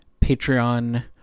Patreon